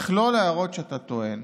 מכלול ההערות שאתה טוען